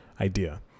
idea